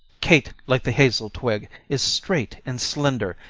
kate like the hazel-twig is straight and slender,